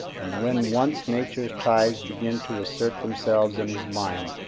and when once nature's ties begin to assert themselves in his mind,